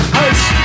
house